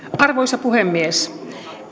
arvoisa puhemies